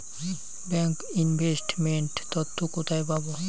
Bank investment তথ্য কোথায় পাব?